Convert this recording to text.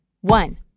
One